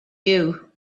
you